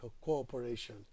cooperation